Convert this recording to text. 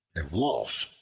a wolf,